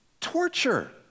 torture